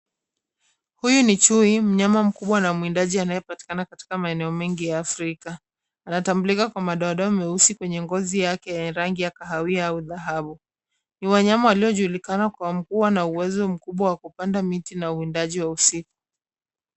Huyu ni chui, mnyama mkubwa na mwindaji anayepatikana maeneo mengi ya Afrika. Anatambulika kwa madoadoa meusi kwenye ngozi yake yenye rangi ya kahawia au dhahabu. Ni wanyama waliojulikana kwa kuwa na uwezo mkubwa wa kupanda miti na uwindaji wa usiku.